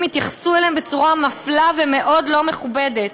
מתייחסים אליהם בצורה מפלה ומאוד לא מכובדת.